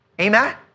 Amen